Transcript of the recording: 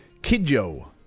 Kidjo